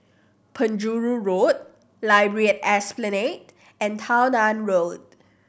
Penjuru Road Library at Esplanade and Tao Nan Road